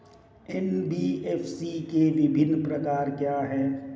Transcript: NBFC के विभिन्न प्रकार क्या हैं?